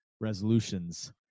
resolutions